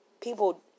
people